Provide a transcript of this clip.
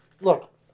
Look